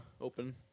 open